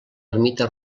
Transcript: ermita